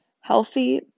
healthy